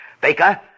Baker